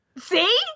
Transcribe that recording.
See